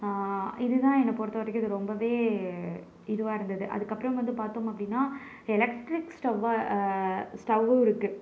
இதுதான் என்னை பொறுத்தவரைக்கும் இது ரொம்பவே இதுவாக இருந்தது அதுக்கு அப்புறம் வந்து பார்த்தோம் அப்படின்னா எலக்ரிக் ஸ்டவ்வாக ஸ்டவ்வும் இருக்குது